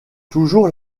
toujours